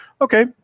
Okay